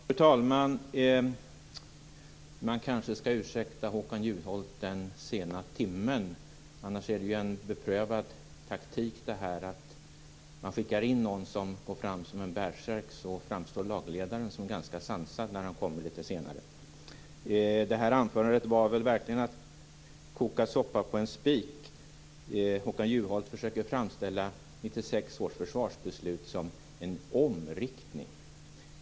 Fru talman! Man kanske skall ursäkta Håkan Juholt med den sena timmen. Annars är det en beprövad taktik att skicka in någon som går fram som en bärsärk så att lagledaren framstår som ganska sansad när han kommer senare. Det här anförandet var verkligen att koka soppa på en spik. Håkan Juholt försöker framställa 1996 års försvarsbeslut som en omriktning.